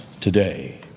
today